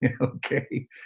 Okay